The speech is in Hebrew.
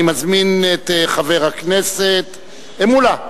אני מזמין את חבר הכנסת מולה.